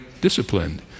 disciplined